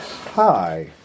Hi